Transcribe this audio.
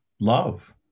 love